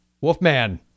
wolfman